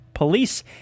Police